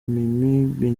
mimi